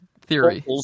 theory